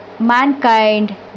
mankind